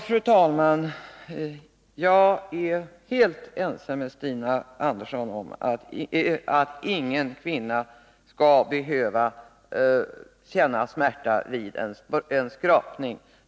Fru talman! Jag är helt ense med Stina Andersson om att ingen kvinna skall behöva känna smärta vid en skrapning.